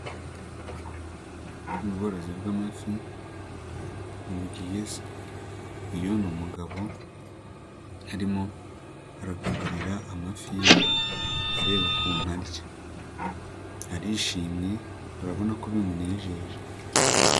Ubworozi bw'amafi ni bwiza, uyu ni umugabo arimo aragaburira amafi ye areba ukuntu arya, arishimye urabona ko bimunejeje.